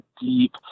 deep